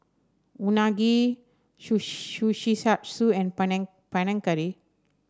Unagi Kushikatsu and Panang Curry